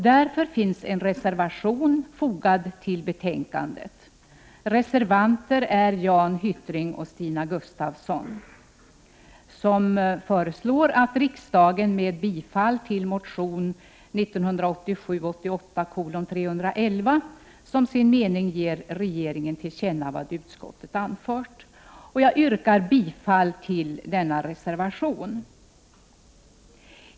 Därför finns en reservation fogad till betänkandet. Reservanter är Jan Hyttring och Stina Gustavsson som föreslår att riksdagen med bifall till motion 1987/88:Kr311 som sin mening ger regeringen till känna vad utskottet anfört. Jag yrkar bifall till denna reservation.